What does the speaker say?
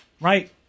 right